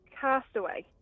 Castaway